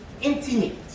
intimate